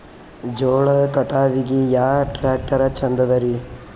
ಜೋಳ ಕಟಾವಿಗಿ ಯಾ ಟ್ಯ್ರಾಕ್ಟರ ಛಂದದರಿ?